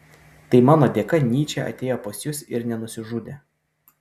tai mano dėka nyčė atėjo pas jus ir nenusižudė